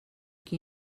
qui